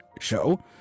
show